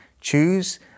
choose